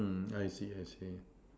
mm I see I see